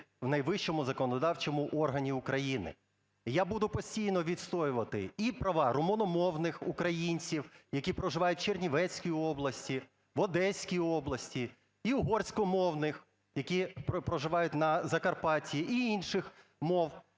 у найвищому законодавчому органі України. Я буду постійно відстоювати і праварумуномовних українців, які проживають у Чернівецькій області, в Одеській області, і угорськомовних, які проживають на Закарпатті, і інших мов,